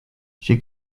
she